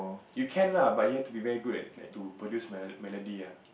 you can lah but you have to be very good at like to produce melo~ melody lah